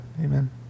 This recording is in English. Amen